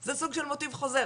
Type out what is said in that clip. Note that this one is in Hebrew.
זה סוג של מוטיב חוזר.